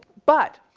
but,